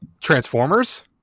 Transformers